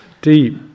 deep